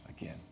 again